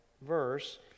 verse